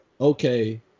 okay